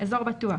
"אזור בטוח"